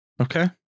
Okay